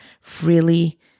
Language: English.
freely